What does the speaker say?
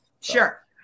Sure